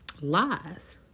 Lies